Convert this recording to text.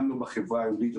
גם לא בחברה היהודית,